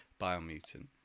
Biomutant